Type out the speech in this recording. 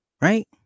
Right